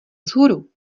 vzhůru